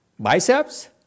Biceps